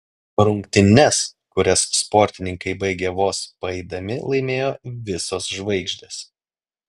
rungtynes kurias sportininkai baigė vos paeidami laimėjo visos žvaigždės